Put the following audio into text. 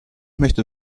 möchte